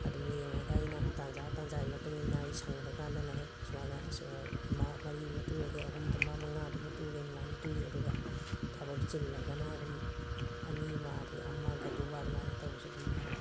ꯑꯗꯨꯝ ꯌꯦꯡꯉꯒ ꯑꯩꯅ ꯇꯟꯖꯥ ꯇꯟꯖꯥꯒꯤ ꯃꯇꯨꯡ ꯏꯟꯅ ꯑꯩ ꯁꯪꯕꯀꯥꯟꯗꯅ ꯍꯦꯛ ꯁꯨꯃꯥꯏꯅ ꯃꯔꯤ ꯑꯃ ꯇꯨꯔꯒꯦ ꯑꯍꯨꯝꯗꯨꯃ ꯃꯉꯥꯗꯨꯃ ꯇꯨꯒꯦ ꯑꯗꯨꯃꯥꯏꯅ ꯇꯨꯏ ꯑꯗꯨꯒ ꯊꯕꯛ ꯆꯤꯜꯂꯒꯅ ꯑꯗꯨꯝ ꯑꯅꯤ ꯑꯃ ꯑꯗꯒꯤ ꯑꯃꯒ ꯇꯨꯕ ꯑꯗꯨꯃꯥꯏꯅ ꯇꯧꯕꯁꯨ ꯑꯗꯨꯝ ꯌꯥꯎꯋꯤ